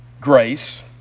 grace